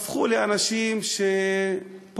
הם הפכו לאנשים פופוליסטיים,